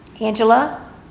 Angela